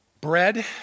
bread